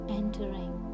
entering